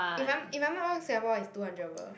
if I'm if I'm not wrong Singapore is two hundred over